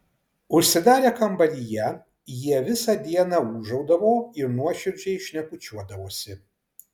užsidarę kambaryje jie visą dieną ūžaudavo ir nuoširdžiai šnekučiuodavosi